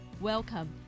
Welcome